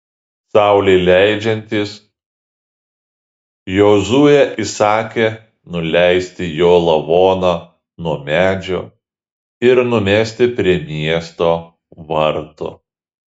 saulei leidžiantis jozuė įsakė nuleisti jo lavoną nuo medžio ir numesti prie miesto vartų